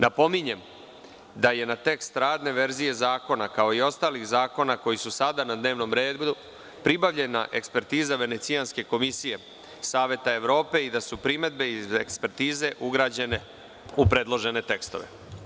Napominjem da je na tekst radne verzije zakona, kao i ostalih zakona koji su sada na dnevnom redu, pribavljena ekspertiza Venecijanske komisije Saveta Evrope i da su primedbe iz ekspertize ugrađene u predložene tekstove.